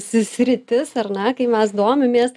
si sritis ar ne kai mes domimės